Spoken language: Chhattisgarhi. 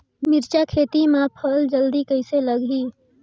मिरचा खेती मां फल जल्दी कइसे लगही?